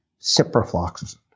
ciprofloxacin